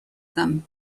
them